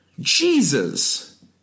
Jesus